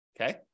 Okay